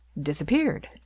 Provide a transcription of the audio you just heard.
disappeared